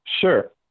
Sure